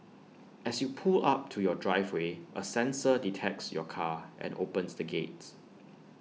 as you pull up to your driveway A sensor detects your car and opens the gates